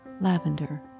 lavender